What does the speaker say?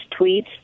tweets